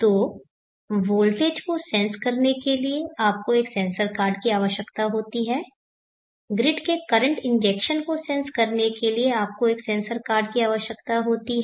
तो वोल्टेज को सेंस करने के लिए आपको एक सेंसर कार्ड की आवश्यकता होती है ग्रिड के करंट इंजेक्शन को सेंस करने के लिए आपको एक सेंसर कार्ड की आवश्यकता होती है